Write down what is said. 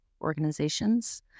organizations